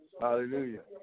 Hallelujah